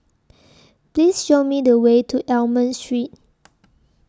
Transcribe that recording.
Please Show Me The Way to Almond Street